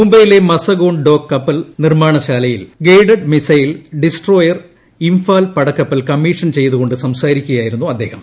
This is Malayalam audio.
മുംബൈയിലെ മസഗോൺ ഡോക് കപ്പൽ നിർമ്മാണശാലയിൽ ഗൈഡ് മിസൈൽ ഡിസ്ട്രോയർ ഇട്ഫാൽ പടക്കപ്പൽ കമ്മീഷൻ ചെയ്ത് കൊണ്ട് സംസാരിക്കുകയായിരുന്നു അദ്ദേഹം